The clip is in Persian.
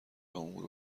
جمهور